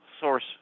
source